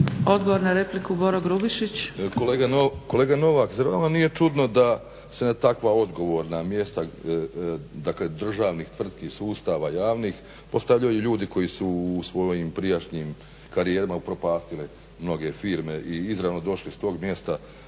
**Grubišić, Boro (HDSSB)** Kolega Novak, zar vama nije čudno da se na takva odgovorna mjesta dakle državnih tvrtki, sustava javnih postavljaju ljudi koji su u svojim prijašnjim karijerama upropastili mnoge firme i izravno došli s tog mjesta,